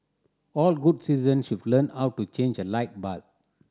all good citizens should learn how to change a light bulb